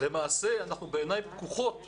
למעשה בעיניים פקוחות